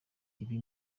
ibi